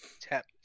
Tap